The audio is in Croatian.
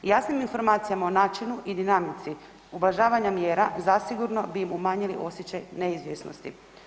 Jasnim informacijama o načinu i dinamici uvažavanja mjera zasigurno bi im umanjili osjećaj neizvjesnosti.